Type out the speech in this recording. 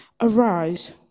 Arise